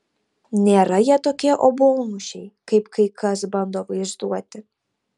nėra jie tokie obuolmušiai kaip kai kas bando vaizduoti